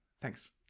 Thanks